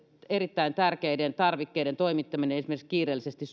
erittäin tärkeiden tarvikkeiden toimittaminen kiireellisesti